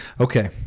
Okay